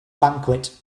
banquet